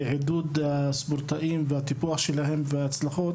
עידוד הספורטאים והטיפוח שלהם וההצלחות